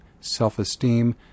self-esteem